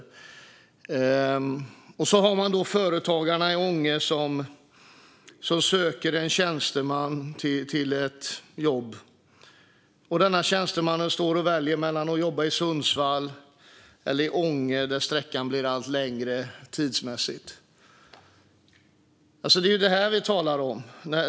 Vi tänker oss då att en företagare i Ånge söker en tjänsteman till ett jobb. Denna tjänsteman står och väljer mellan att jobba i Sundsvall eller i Ånge, dit resan blir allt längre tidsmässigt. Det är det här vi talar om.